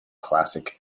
classic